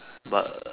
but